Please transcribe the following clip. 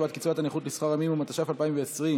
השוואת קצבת נכות לשכר המינימום) התש"ף 2020,